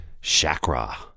chakra